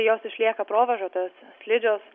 jos išlieka provėžotos slidžios